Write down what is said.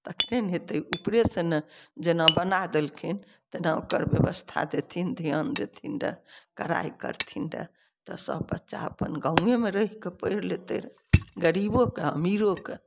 तऽ फेर हेतै ऊपरे से ने जेना बना देलखिन तेना ओकर ब्यवस्था देथिन ध्यान देथिन रए कड़ाइ करथिन रए तऽ सब बच्चा अप्पन गाँवए मे रहिकऽ पढ़ि लेतय रए गरीबो कए आ अमीरो कए